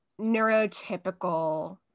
neurotypical